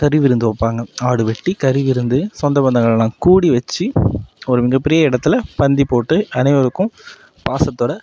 கறிவிருந்து வைப்பாங்க ஆடு வெட்டி கறி விருந்து சொந்தம் பந்தங்கள்லாம் கூடி வச்சு ஒரு மிகப்பெரிய இடத்துல பந்தி போட்டு அனைவருக்கும் பாசத்தோடு